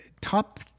top